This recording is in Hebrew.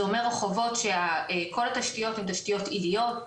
זה אומר רחובות שכל התשתיות הן תשתיות עיליות.